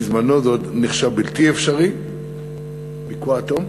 בזמנו זה עוד נחשב בלתי אפשרי לקרוע אטום,